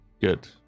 Good